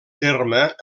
terme